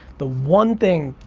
the one thing,